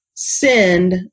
send